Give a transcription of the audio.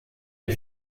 die